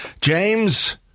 James